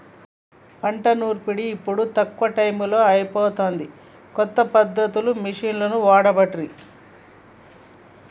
పంట నూర్పిడి ఇప్పుడు తక్కువ టైములో అయిపోతాంది, కొత్త పద్ధతులు మిషిండ్లు వాడబట్టిరి